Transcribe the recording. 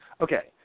Okay